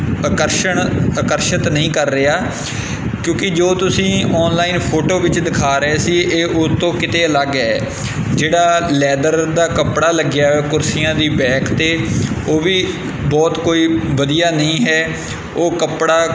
ਆਕਰਸ਼ਣ ਆਕਰਸ਼ਿਤ ਨਹੀਂ ਕਰ ਰਿਹਾ ਕਿਉਂਕਿ ਜੋ ਤੁਸੀਂ ਔਨਲਾਈਨ ਫੋਟੋ ਵਿੱਚ ਦਿਖਾ ਰਹੇ ਸੀ ਇਹ ਉਹਤੋਂ ਕਿਤੇ ਅਲੱਗ ਹੈ ਜਿਹੜਾ ਲੈਦਰ ਦਾ ਕੱਪੜਾ ਲੱਗਿਆ ਹੋਇਆ ਕੁਰਸੀਆਂ ਦੀ ਬੈਕ 'ਤੇ ਉਹ ਵੀ ਬਹੁਤ ਕੋਈ ਵਧੀਆ ਨਹੀਂ ਹੈ ਉਹ ਕੱਪੜਾ